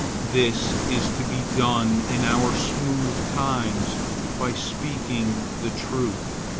this is to be done in our smooth times by speaking the truth.